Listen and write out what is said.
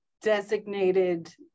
designated